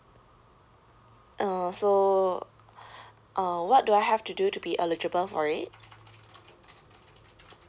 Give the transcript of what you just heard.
uh so uh what do I have to do to be eligible for it